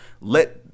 Let